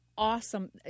Awesome